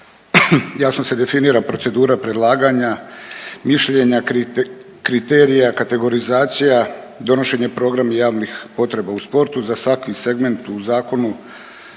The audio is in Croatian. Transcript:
Jasno se definira procedura predlaganja, mišljenja, kriterija, kategorizacija, donošenje programa javnih potreba u sportu za svaki segment u zakonu